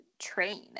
train